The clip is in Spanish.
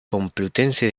complutense